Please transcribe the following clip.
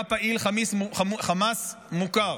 הוא היה פעיל חמאס מוכר.